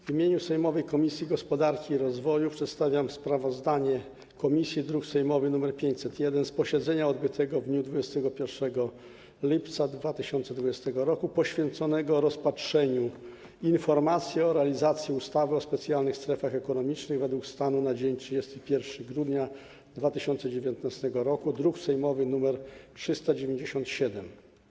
W imieniu sejmowej Komisji Gospodarki i Rozwoju przedstawiam sprawozdanie komisji, druk sejmowy nr 501, z posiedzenia odbytego w dniu 21 lipca 2020 r. poświęconego rozpatrzeniu informacji o realizacji ustawy o specjalnych strefach ekonomicznych według stanu na dzień 31 grudnia 2019 r., druk sejmowy nr 397.